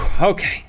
okay